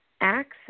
access